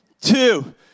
two